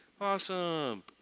Awesome